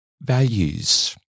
values